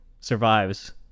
survives